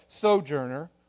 sojourner